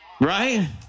right